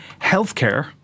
Healthcare